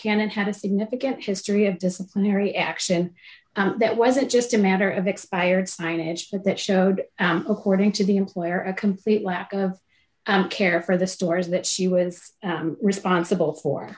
can and had a significant history of disciplinary action that wasn't just a matter of expired signage but that showed according to the employer a complete lack of care for the stores that she was responsible for